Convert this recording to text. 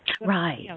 Right